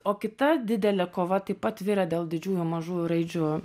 o kita didelė kova taip pat virė dėl didžiųjų mažųjų raidžių